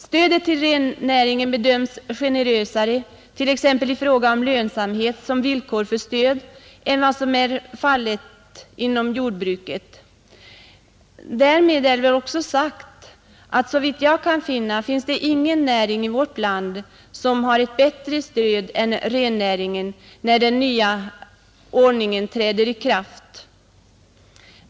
Stödet till rennäringen bedöms generösare t.ex. i fråga om lönsamhet, som villkor för stöd, än vad som är fallet inom jordbruket. Därmed är det också sagt att det, såvitt jag kan se, inte finns någon näring i vårt land som har ett bättre stöd än rennäringen när den nya ordningen träder i kraft.